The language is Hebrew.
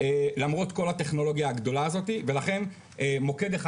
למרות כל הטכנולוגיה הגדולה הזאתי ולכן מוקד אחד